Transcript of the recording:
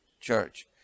church